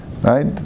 Right